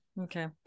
Okay